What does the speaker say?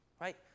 right